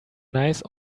nice